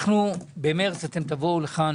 במרץ תבואו לכאן